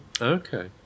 Okay